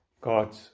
God's